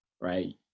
right